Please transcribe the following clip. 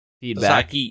feedback